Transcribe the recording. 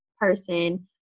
person